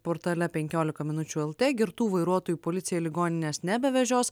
portale penkiolika minučių lt girtų vairuotojų policija į ligonines nebevežios